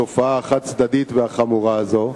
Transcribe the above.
לקיים את התופעה החד-צדדית והחמורה הזאת.